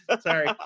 Sorry